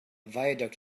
viaduct